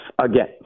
Again